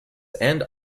and